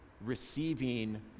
receiving